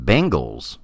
Bengals